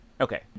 Okay